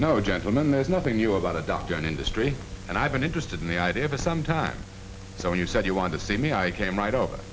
no gentleman there's nothing new about a doctor in industry and i've been interested in the idea ever some time when you said you want to see me i came right over